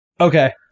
Okay